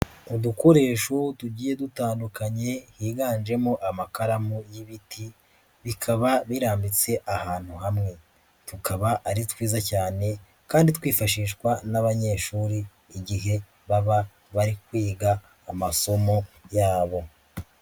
Udukoresho tugiye dutandukanye, higanjemo amakaramu y'ibiti, bikaba birambitse ahantu hamwe. Tukaba ari twiza cyane kandi twifashishwa n'abanyeshuri, igihe baba bari kwiga amasomo yabo.